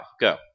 Go